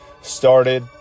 started